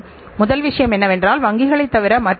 எனவே இது தீவிரமான கவலை அளிக்கக் கூடிய சூழல்